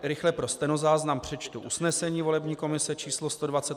Rychle pro stenozáznam přečtu usnesení volební komise číslo 128.